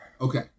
Okay